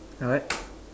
uh what